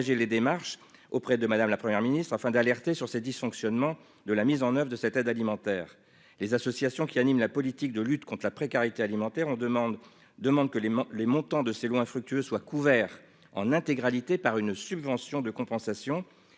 des démarches auprès de Mme la Première ministre afin d'alerter sur ces dysfonctionnements dans la mise en oeuvre de l'aide alimentaire européenne. Les associations qui animent la politique de lutte contre la précarité alimentaire demandent que les montants de ces lots infructueux soient couverts en intégralité par une subvention de compensation.